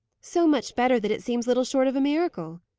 so much better that it seems little short of a miracle,